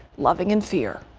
loving in fear.